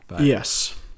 yes